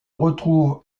retrouvent